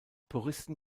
puristen